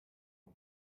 que